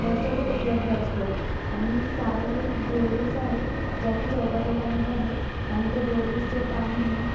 वर्षभर उपलब्ध असतो आणि सार्वजनिक बोरवेल्स आहेत ज्या की चौकाचौकामध्ये आहेत आणि त्या बोरवेल्सचं पाणी हे